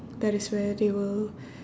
that is where they will